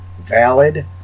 valid